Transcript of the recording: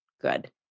good